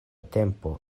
tempo